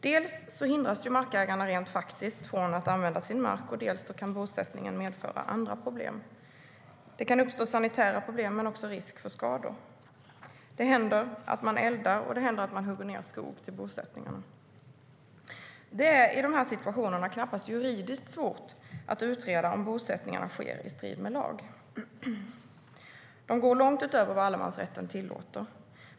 Dels hindras markägarna rent faktiskt från att använda sin mark, dels kan bosättningarna medföra andra problem. Det kan uppstå sanitära problem men också risk för skador. Det händer att man eldar, och det händer att man hugger ner skog till bosättningarna. Det är i de här situationerna knappast juridiskt svårt att utreda om bosättningarna sker i strid med lag. De går långt utöver vad allemansrätten tillåter.